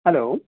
hello